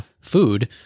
food